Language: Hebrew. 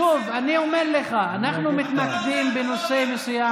שאלה פשוטה, בסדר.